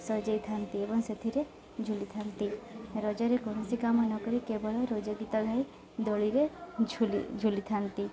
ସଜେଇଥାନ୍ତି ଏବଂ ସେଥିରେ ଝୁଲିଥାନ୍ତି ରଜରେ କୌଣସି କାମ ନକରି କେବଳ ରଜ ଗୀତ ଗାଇ ଦୋଳିରେ ଝୁଲି ଝୁଲିଥାନ୍ତି